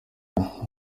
ati